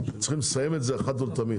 צריכים לסיים את זה עכשיו ולתמיד.